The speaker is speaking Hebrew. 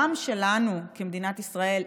גם שלנו כמדינת ישראל,